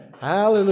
Hallelujah